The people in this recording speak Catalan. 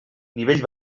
nivell